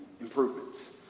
improvements